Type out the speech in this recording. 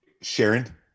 Sharon